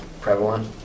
prevalent